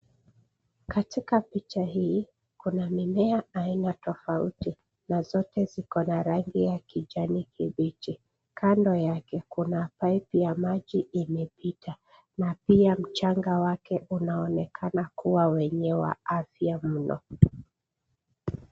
Katika picha hii, kuna mimea aina tofauti na zote ziko na rangi ya kijani kibichi. Kando yake kuna pipe ya maji imepita na pia mchanga wake unaonekana kuwa wenye afya mno.